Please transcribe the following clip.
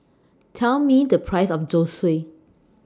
Tell Me The Price of Zosui